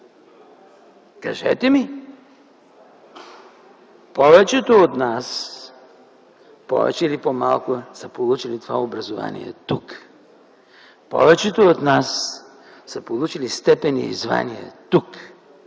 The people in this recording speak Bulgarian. Кажете ми! Повечето от нас повече или по-малко са получили това образование тук. Повечето от нас са получили степени и звания тук.